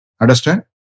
Understand